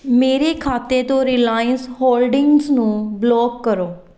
ਮੇਰੇ ਖਾਤੇ ਤੋਂ ਰਿਲਾਇੰਨਸ ਹੋਲਡਿੰਗਜ਼ ਨੂੰ ਬਲੌਕ ਕਰੋ